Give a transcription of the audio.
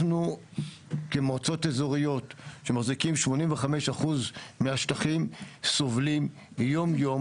אנחנו כמועצות אזוריות שמחזיקים 85% מהשטחים סובלים יום יום,